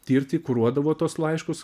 tirti kuruodavo tuos laiškus